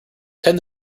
tend